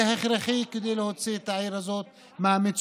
זה הכרחי כדי להוציא את העיר הזאת מהמצוקה.